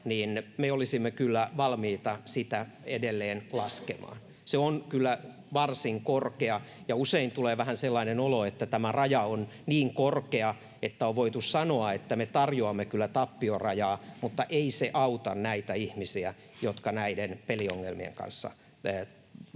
mutta me olisimme kyllä valmiita sitä edelleen laskemaan. Se on kyllä varsin korkea, ja usein tulee vähän sellainen olo, että tämä raja on niin korkea siksi, että on voitu sanoa, että ”me tarjoamme kyllä tappiorajaa”, mutta ei se auta näitä ihmisiä, jotka näiden peliongelmien kanssa taistelevat.